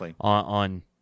on